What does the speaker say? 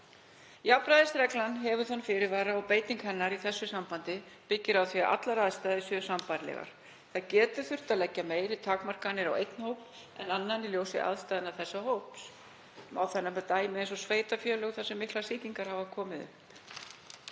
Jafnræðisreglan hefur þann fyrirvara og beiting hennar í þessu sambandi byggir á því að allar aðstæður séu sambærilegar. Það getur þurft að leggja meiri takmarkanir á einn hóp en annan í ljósi aðstæðna. Má þar nefna sem dæmi sveitarfélög þar sem miklar sýkingar hafa komið upp.